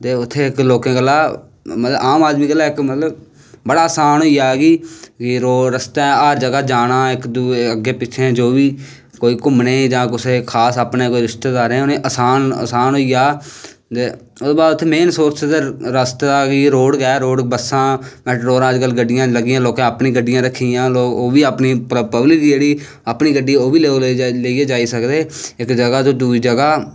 ते उत्थें लोकें गल्लां आम आदमी गल्ला मतलव इक बड़ा आसान होई जा कि रस्तैं हर जगाह् जाना इक दुऐ जो बी कोई घूमने गी जां कोई खास रिश्तेदारैं दे आसान होई जा ते उत्थें मेन सेरस रस्ते दा रोड़ गै ऐ कि बसां मैटाडोरां लगागी दियां अज्ज कल लोकैं अपनियां गड्डियां रक्खी दियां लोग अपनी पब्लिक जेह्ड़ीअपनी गड्डी ओह् बी लेइयै जाई सकदे इक जगाह् तो दुई जगैाह्